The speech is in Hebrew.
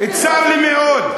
צר לי מאוד,